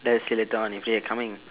let's see later on if they are coming